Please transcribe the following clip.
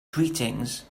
greetings